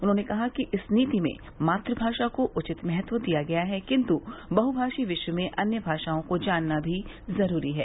उन्होंने कहा कि इस नीति में मातृभाषा को उचित महत्व दिया गया है किंतु बहु भाषी विश्व में अन्य भाषाओं को जानना भी जरूरी है